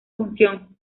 función